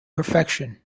perfection